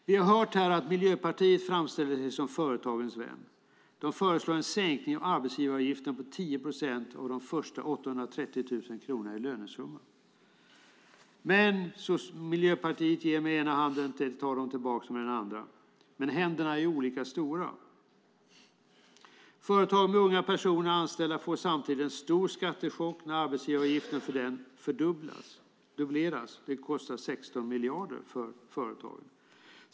Vi har här hört att Miljöpartiet framställer sig som företagens vän. Man föreslår en sänkning av arbetsgivaravgiften med 10 procent på de första 830 000 kronorna i lönesumma. Det man i Miljöpartiet ger med ena handen tar man tillbaka med den andra. Men händerna är olika stora. Företag med unga anställda får samtidigt en stor skattechock när arbetsgivaravgiften för unga dubbleras. Det kostar företagen 16 miljarder.